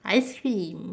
ice cream